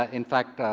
ah in fact,